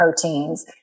proteins